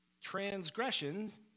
transgressions